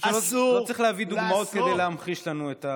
לא צריך להביא דוגמאות כדי להמחיש לנו.